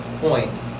point